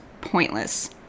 pointless